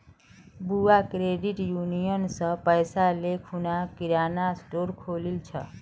बुआ credit union स पैसा ले खूना किराना स्टोर खोलील छ